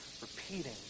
repeating